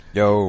yo